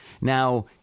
Now